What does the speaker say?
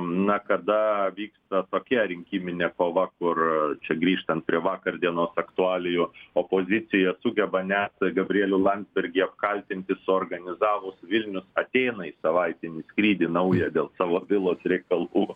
na kada vyksta tokia rinkiminė kova kur čia grįžtant prie vakar dienos aktualijų opozicija sugeba net gabrielių landsbergį apkaltinti suorganizavus vilnius atėnai savaitinį skrydį naują dėl savo vilos reikalų